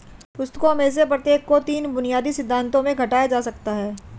पुस्तकों में से प्रत्येक को तीन बुनियादी सिद्धांतों में घटाया जा सकता है